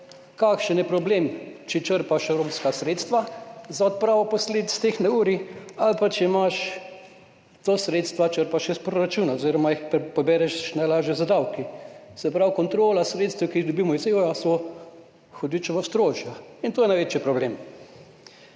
kakšen je problem, če črpaš evropska sredstva za odpravo posledic teh neurij ali pa če ta sredstva črpaš iz proračuna oziroma jih najlažje pobereš z davki. Se pravi, kontrola sredstev, ki jih dobimo iz evra, je hudičevo strožja, in to je največji problem.